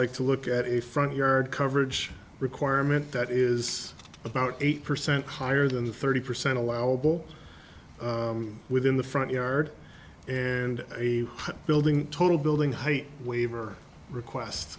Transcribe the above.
like to look at a front yard coverage requirement that is about eight percent higher than the thirty percent allowable within the front yard and a building total building height waiver